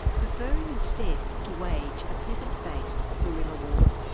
preferring instead to wage a peasant-based guerrilla war.